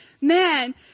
Man